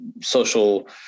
social